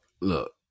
Look